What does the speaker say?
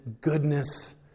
goodness